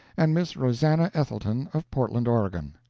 and miss rosannah ethelton, of portland, oregon.